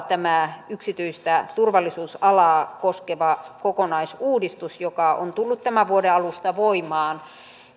tämä yksityistä turvallisuusalaa koskeva kokonaisuudistus joka on tullut tämän vuoden alusta voimaan